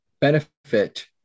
benefit